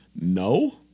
no